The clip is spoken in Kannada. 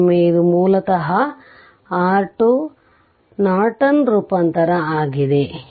ಕೆಲವೊಮ್ಮೆ ಇದು ಮೂಲತಃ R2 ನಾರ್ಟನ್ ರೂಪಾಂತರ ಆಗಿದೆ